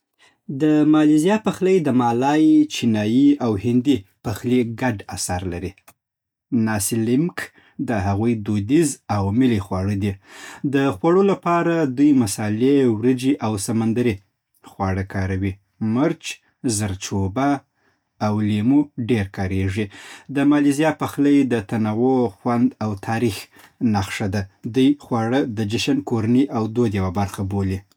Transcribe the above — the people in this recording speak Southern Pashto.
د مالیزیا پخلی د مالای، چینایي او هندي پخلي ګډ اثر لري. ناسي لیمک د هغوی دودیز او ملي خواړه دي. د خوړو لپاره دوی مصالې، وريجې او سمندري خواړه کاروي. مرچ، زردچوبه، او لیمو ډېر کارېږي. د مالیزیا پخلی د تنوع، خوند او تاریخ نښه ده. دوی خواړه د جشن، کورنۍ او دود یوه برخه بولي.